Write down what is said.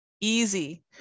easy